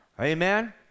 amen